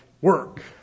work